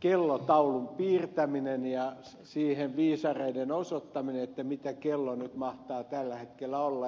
kellotaulun piirtäminen ja siihen viisareiden osoittaminen mitä kello nyt mahtaa tällä hetkellä olla